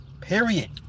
Period